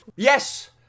Yes